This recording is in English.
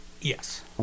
Yes